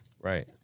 Right